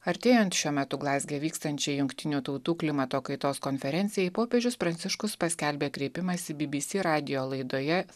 artėjant šiuo metu glazge vykstančiai jungtinių tautų klimato kaitos konferencijai popiežius pranciškus paskelbė kreipimąsi bbc radijo laidoje